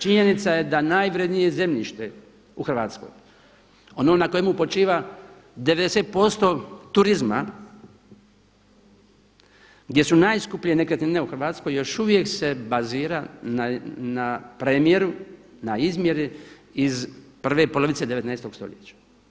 Činjenica je da najvrijednije zemljište u Hrvatskoj, ono na kojemu počiva 90% turizma gdje su najskuplje nekretnine u Hrvatskoj još uvijek se bazira na premjeru, na izmjeri iz prve polovice 19. stoljeća.